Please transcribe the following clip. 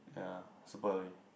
yeah super early